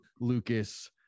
Lucas